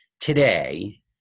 today